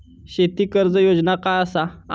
शेती कर्ज योजना काय असा?